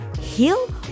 heal